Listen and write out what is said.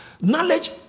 knowledge